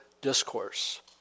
Discourse